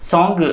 Song